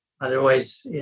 Otherwise